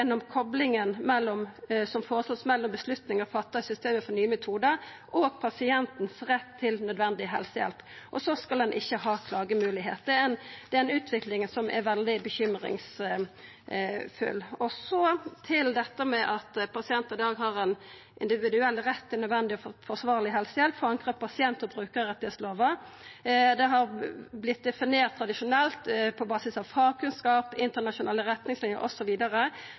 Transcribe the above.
som foreslås mellom beslutninger fattet i systemet for nye metoder og pasientens rett til nødvendig helsehjelp.» Ein skal heller ikkje ha klagemoglegheit. Det er ei utvikling som er veldig bekymringsfull. Så til dette med at pasientar i dag har ein individuell rett til nødvendig og forsvarleg helsehjelp forankra i pasient- og brukarrettslova. Det har vore definert tradisjonelt, på basis av fagkunnskap, internasjonale retningslinjer